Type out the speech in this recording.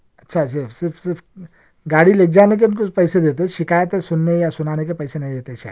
اچھا اچھا صرف صرف گاڑی لے جانے کے کچھ پیسے دیتے ہو شکایتیں سننے یا سنانے کے پیسے نہیں دیتے شاید